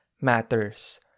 matters